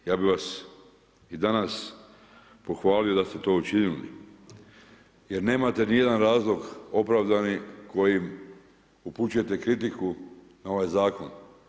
Ja bih vas i danas pohvalio da ste to učinili jer nemate niti jedan razlog opravdani kojim upućujete kritiku na ovaj zakon.